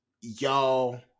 y'all